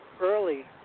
early